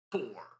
Four